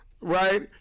Right